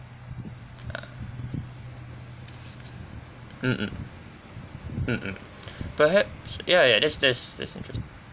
mm mm perhaps ya ya that's that's that's interesting